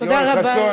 תודה רבה.